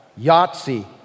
Yahtzee